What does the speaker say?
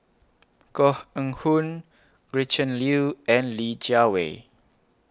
Koh Eng Hoon Gretchen Liu and Li Jiawei